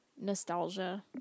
nostalgia